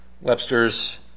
Webster's